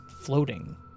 floating